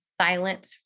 silent